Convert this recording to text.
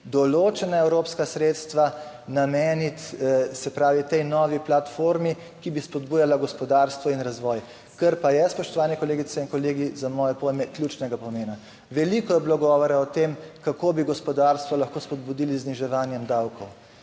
določena evropska sredstva nameniti tej novi platformi, ki bi spodbujala gospodarstvo in razvoj. Kar pa je, spoštovane kolegice in kolegi, za moje pojme ključnega pomena. Veliko je bilo govora o tem, kako bi gospodarstvo lahko spodbudili z zniževanjem davkov.